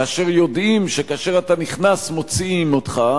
כאשר אתה יודע שאם אתה נכנס מוציאים אותך,